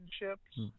relationships